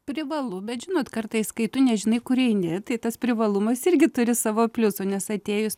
privalu bet žinot kartais kai tu nežinai kur eini tai tas privalumas irgi turi savo pliusų nes atėjus